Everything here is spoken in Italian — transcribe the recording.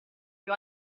più